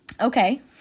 Okay